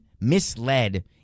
misled